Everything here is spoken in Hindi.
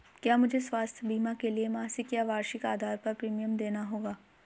क्या मुझे स्वास्थ्य बीमा के लिए मासिक या वार्षिक आधार पर प्रीमियम देना होगा?